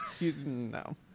No